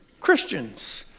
Christians